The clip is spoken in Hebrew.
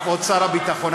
כבוד שר הביטחון,